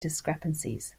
discrepancies